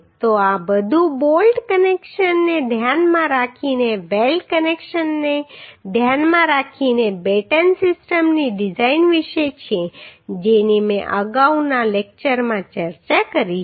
તો આ બધું બોલ્ટ કનેક્શનને ધ્યાનમાં રાખીને વેલ્ડ કનેક્શનને ધ્યાનમાં રાખીને બેટન સિસ્ટમની ડિઝાઇન વિશે છે જેની મેં અગાઉના લેક્ચરમાં ચર્ચા કરી છે